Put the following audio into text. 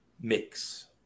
mix